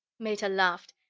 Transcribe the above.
meta laughed.